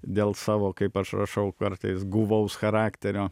dėl savo kaip aš rašau kartais guvaus charakterio